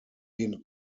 den